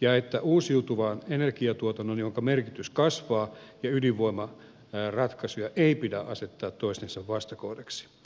ja että uusiutuvan energiatuotannon jonka merkitys kasvaa ratkaisuja ja ydinvoimaratkaisuja ei pidä asettaa toistensa vastakohdiksi